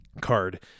card